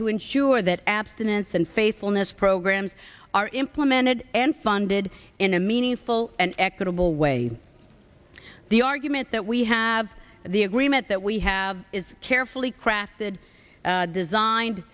to ensure that abstinence and faithfulness programs are implemented and funded in a meaningful and equitable way the argument that we have the agreement that we have is carefully crafted designed